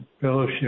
fellowship